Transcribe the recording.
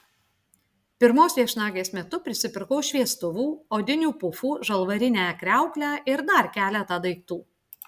pirmos viešnagės metu prisipirkau šviestuvų odinių pufų žalvarinę kriauklę ir dar keletą daiktų